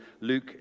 Luke